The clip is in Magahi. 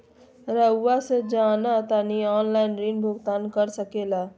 रहुआ से जाना तानी ऑनलाइन ऋण भुगतान कर सके ला?